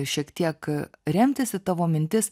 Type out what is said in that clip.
šiek tiek remtis į tavo mintis